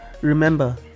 remember